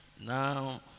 Now